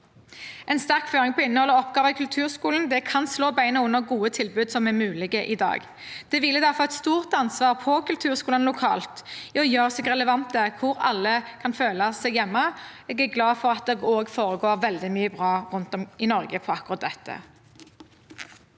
En sterk føring på innhold og oppgaver i kulturskolen kan slå beina under gode tilbud som er mulige i dag. Det hviler derfor et stort ansvar på kulturskolene lokalt i å gjøre seg relevante slik at alle kan føle seg hjemme. Jeg er glad for at det foregår veldig mye bra rundt om i Norge på akkurat dette.